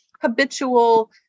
habitual